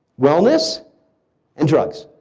wellness and drugs.